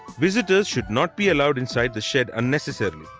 visitors should not be allowed inside the shed unnecessarily.